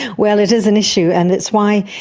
well, it is an issue and it's why,